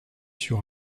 sur